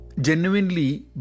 Genuinely